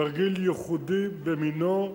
תרגיל ייחודי במינו,